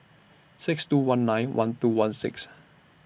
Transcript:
six two one nine one two one six